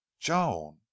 joan